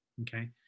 Okay